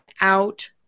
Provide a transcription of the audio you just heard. out